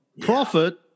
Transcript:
profit